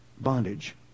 bondage